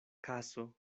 kaso